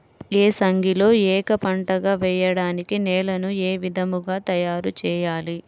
ఏసంగిలో ఏక పంటగ వెయడానికి నేలను ఏ విధముగా తయారుచేయాలి?